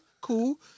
cool